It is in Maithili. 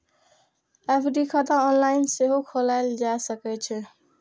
एफ.डी खाता ऑनलाइन सेहो खोलाएल जा सकै छै